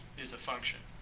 is a function.